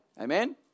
Amen